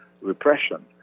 repression